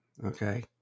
Okay